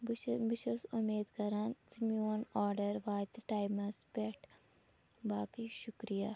بہٕ چھیٚس بہٕ چھیٚس اُمید کَران زِ میٛون آرڈر واتہِ ٹایمَس پٮ۪ٹھ باقٕے شُکریہ